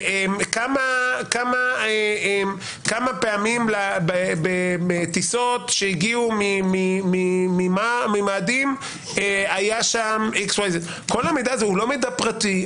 כמה פעמים בטיסות שהגיעו ממאדים היו שם המידע הזה אינו פרטי,